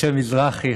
משה מזרחי,